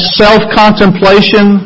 self-contemplation